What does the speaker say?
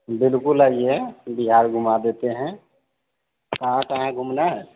बिल्कुल आइए बिहार घुमा देते हैं कहाँ कहाँ घूमना है